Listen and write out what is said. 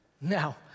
Now